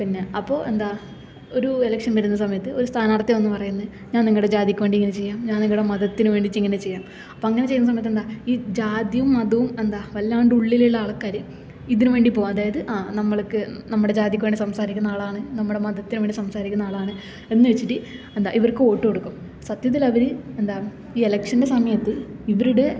പിന്നെ അപ്പോൾ എന്താ ഒരു ഇലക്ഷന് വരുന്ന സമയത്ത് ഒരു സ്ഥാനാര്ത്ഥി വന്നു പറയുന്നു ഞാന് നിങ്ങളുടെ ജാതിക്കു വേണ്ടി ഇങ്ങനെ ചെയ്യാം ഞാന് നിങ്ങളുടെ മതത്തിന് വേണ്ടീട്ടു ഇങ്ങനെ ചെയ്യാം അപ്പം അങ്ങനെ ചെയ്യുന്ന സമയത്ത് എന്താ ഈ ജാതിയും മതവും എന്താ വല്ലാണ്ട് ഉള്ളിലുള്ള ആള്ക്കാർ ഇതിനു വേണ്ടി പോവും അതായത് ആ നമ്മള്ക്ക് നമ്മുടെ ജാതിക്കു വേണ്ടി സംസാരിക്കുന്ന ആളാണ് നമ്മുടെ മതത്തിന് വേണ്ടി സംസാരിക്കുന്ന ആളാണ് എന്ന് വച്ചിട്ട് എന്താ ഇവർക്ക് വോട്ടു കൊടുക്കും സത്യത്തില് അവർ എന്താ ഈ ഇലക്ഷന്റെ സമയത്ത് ഇവരുടെ